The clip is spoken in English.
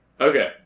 Okay